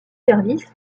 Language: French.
services